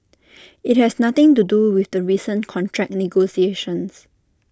IT has nothing to do with the recent contract negotiations